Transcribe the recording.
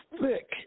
thick